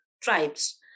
tribes